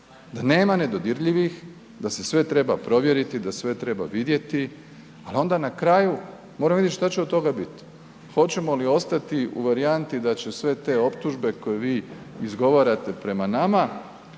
da nema nedodirljivih, da se sve treba provjeriti, da sve treba vidjeti ali onda na kraju, moramo vidjeti šta će od toga biti. Hoćemo li ostati u varijanti da će sve optužbe koje vi izgovarate prema nama